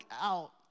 out